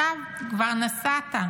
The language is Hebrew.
עכשיו כבר נסעת,